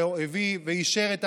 שהביא ואישר.